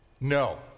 No